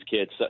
kids